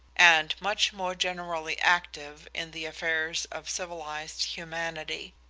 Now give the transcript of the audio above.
and much more generally active in the affairs of civilized humanity.